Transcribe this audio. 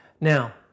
Now